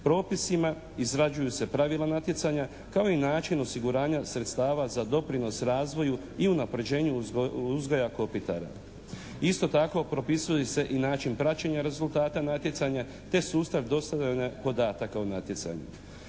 propisima, izrađuju se pravila natjecanja kao i način osiguranja sredstava za doprinos razvoju i unapređenju uzgoja kopitara. Isto tako propisuju se i način praćenja rezultata natjecanja te sustav dostavljanja podataka u natjecanje.